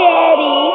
Daddy